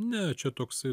ne čia toksai